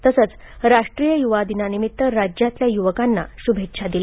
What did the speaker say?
तसंच राष्ट्रीय युवा दिनानिमित्त राज्यातल्या युवकांना शुभेच्छा दिल्या